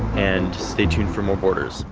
and stay tuned for more borders.